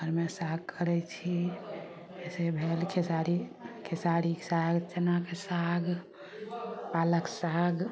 घरमे साग करय छी जइसँ भेल खेसारी खेसारीके साग चनाके साग पालक साग